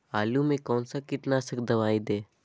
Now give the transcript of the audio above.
आलू में कौन सा कीटनाशक दवाएं दे?